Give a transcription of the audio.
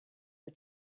the